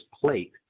plate